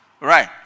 right